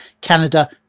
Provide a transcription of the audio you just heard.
canada